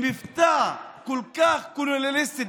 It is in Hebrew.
במבטא כל כך קולוניאליסטי.